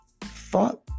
thought